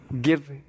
give